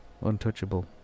untouchable